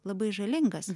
labai žalingas